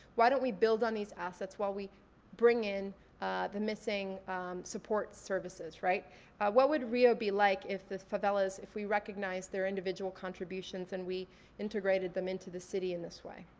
why don't we build on these assets while we bring in the missing support services? what would rio be like if the favelas, if we recognized their individual contributions and we integrated them into the city in this way?